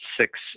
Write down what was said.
six